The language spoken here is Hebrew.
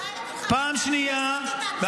פעם שנייה --- אני שואלת אותך מה